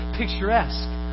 picturesque